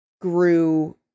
grew